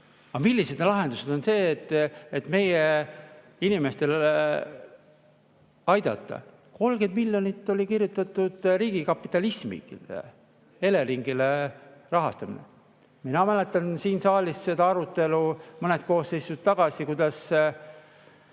millised on lahendused, et meie inimesi aidata? 30 miljonit oli kirjutatud riigikapitalismi: Eleringi rahastamine. Mina mäletan siin saalis seda arutelu mõned koosseisud tagasi, kuidas